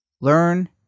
Learn